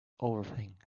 overthink